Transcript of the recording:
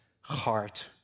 heart